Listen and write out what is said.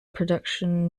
production